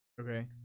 Okay